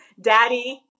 daddy